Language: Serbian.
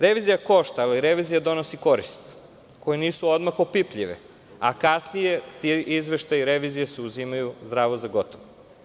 Revizija košta ali donosi i koristi koje nisu odmah opipljive, a kasnije ti izveštaji revizije se uzimaju zdravo za gotovo.